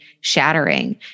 shattering